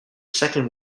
second